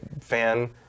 fan